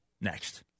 next